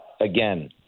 again